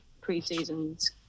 pre-seasons